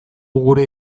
gure